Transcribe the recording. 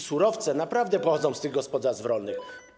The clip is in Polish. Surowce naprawdę pochodzą z tych gospodarstw rolnych.